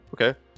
Okay